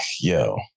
Yo